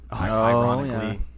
Ironically